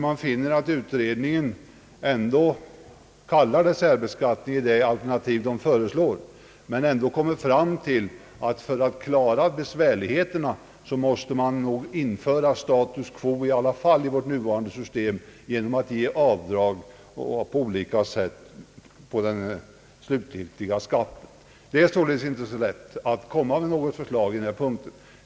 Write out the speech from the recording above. Familjeskatteberedningen kallar visserligen vad den föreslår för särbeskattning men kommer ändå fram till att man för att klara svårigheterna måste behålla status quo från vårt nuvarande system genom att medge avdrag på olika sätt från den slutliga skatten. Det är således inte så lätt att komma med något förslag på denna punkt.